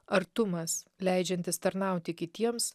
artumas leidžiantis tarnauti kitiems